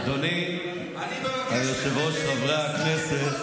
אדוני היושב-ראש, חברי הכנסת